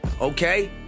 Okay